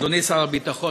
אדוני שר הביטחון,